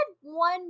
one